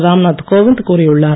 ராம்நாத் கோவிந்த் கூறியுள்ளார்